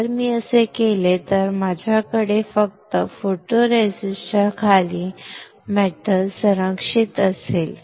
जर मी असे केले तर माझ्याकडे फक्त फोटोरेसिस्टच्या खाली मेटल संरक्षित असेल